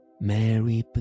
Mary